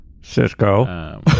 Cisco